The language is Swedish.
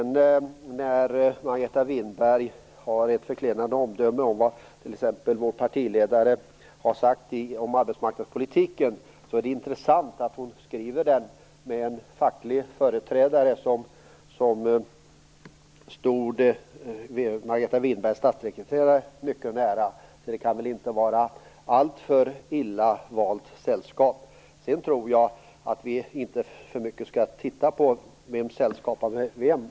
När Margareta Winberg ger ett förklenande omdöme om vad t.ex. vår partiledare har sagt om arbetsmarknadspolitiken är det intressant att hon skriver det med en facklig företrädare som stod Margareta Winbergs statssekreterare mycket nära. Det kan väl inte vara ett alltför illa valt sällskap. Vi skall inte för mycket titta på vem som sällskapar med vem.